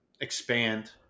expand